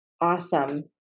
Awesome